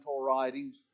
writings